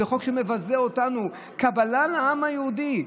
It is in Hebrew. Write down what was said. זה חוק שמבזה אותנו: קבלה לעם היהודי.